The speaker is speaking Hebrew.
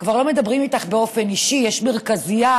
כבר לא מדברים איתך באופן אישי, יש מרכזייה.